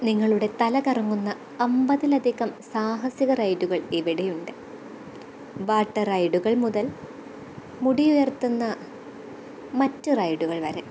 നിങ്ങളുടെ തല കറങ്ങുന്ന അൻപതിലധികം സാഹസിക റൈഡുകള് ഇവിടെയുണ്ട് വാട്ടർ റൈഡുകള് മുതല് മുടി ഉയര്ത്തുന്ന മറ്റു റൈഡുകള് വരെ